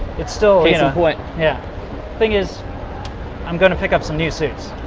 it's still you know what yeah thing is i'm going to pick up some new suits.